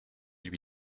lui